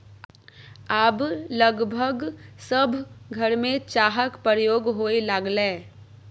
आब लगभग सभ घरमे चाहक प्रयोग होए लागलै